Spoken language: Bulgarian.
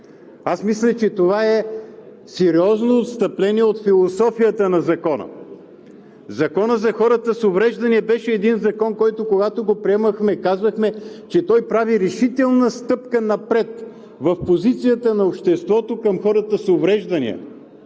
Аз мисля, че това е сериозно отстъпление от философията на Закона. Законът за хората с увреждания беше един закон, който когато го приемахме, казвахме, че той прави решителна стъпка напред в позицията на обществото към хората с увреждания,